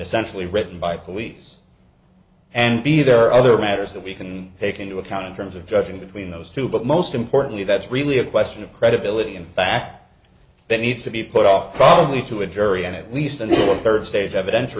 essentially written by police and b there are other matters that we can take into account in terms of judging between those two but most importantly that's really a question of credibility in fact that needs to be put off probably to a jury at least in the third stage eviden